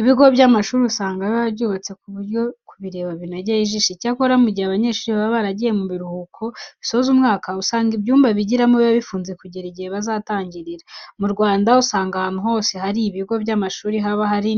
Ibigo by'amashuri usanga biba byubatse ku buryo ku bireba biba binogeye ijisho. Icyakora, mu gihe abanyeshuri baba baragiye mu biruhuko bisoza umwaka, usanga ibyumba bigiragamo biba bifunze kugera igihe bazatangirira. Mu Rwanda usanga ahantu hose hari ibigo by'amashuri haba hari